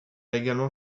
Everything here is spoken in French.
également